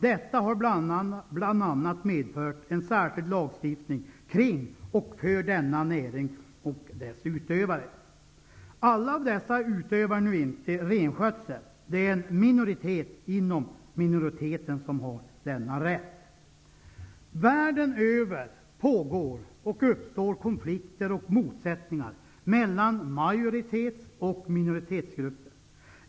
Detta har bl.a. medfört en särskild lagstiftning kring och för denna näring och dess utövare. Alla samer utövar nu inte renskötsel. Det är en minoritet inom minoriteten som har denna rätt. Världen över pågår och uppstår konflikter och motsättningar mellan majoritets och minoritetsgrupper.